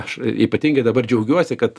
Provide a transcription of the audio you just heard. aš ypatingai dabar džiaugiuosi kad